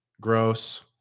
Gross